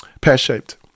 pear-shaped